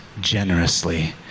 generously